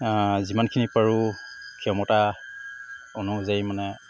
যিমানখিনি পাৰোঁ ক্ষমতা অনুযায়ী মানে